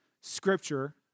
Scripture